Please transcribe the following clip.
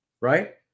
right